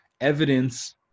evidence